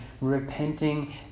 repenting